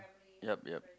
yup yup